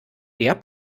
der